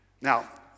now